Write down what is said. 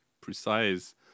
precise